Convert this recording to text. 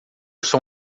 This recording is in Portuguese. sou